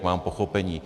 Mám pochopení.